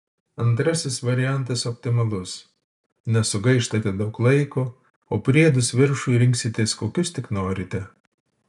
antrasis variantas optimalus nesugaištate daug laiko o priedus viršui rinksitės kokius tik norite